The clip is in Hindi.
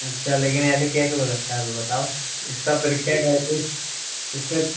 अच्छा लेकिन ऐसे कैसे हो सकता है फ़िर बताओ इसका फ़िर क्या करें